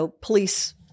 police